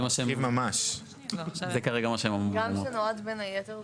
גם שנועד בין היתר.